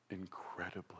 incredibly